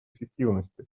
эффективности